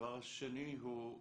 והדבר השני זה הסעות,